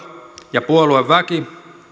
ja puolueväki